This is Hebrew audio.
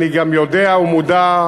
אני פונה אל חברות וחברי הכנסת,